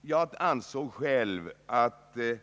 Jag ansåg själv att ett